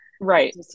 Right